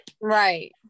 Right